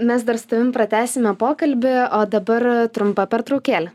mes dar su tavim pratęsime pokalbį o dabar trumpa pertraukėlė